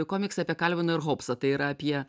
komiksai apie kalviną ir hobsą tai yra apie